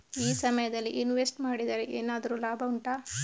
ಈ ಸಮಯದಲ್ಲಿ ಇನ್ವೆಸ್ಟ್ ಮಾಡಿದರೆ ಏನಾದರೂ ಲಾಭ ಉಂಟಾ